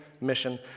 mission